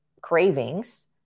cravings